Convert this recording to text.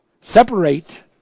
separate